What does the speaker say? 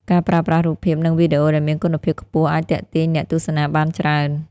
ការប្រើប្រាស់រូបភាព និងវីដេអូដែលមានគុណភាពខ្ពស់អាចទាក់ទាញអ្នកទស្សនាបានច្រើន។